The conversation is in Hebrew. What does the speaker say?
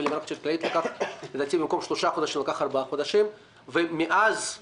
מאז עברו מספר חודשים לא קטן ומספר הבקשות שהגישו בתי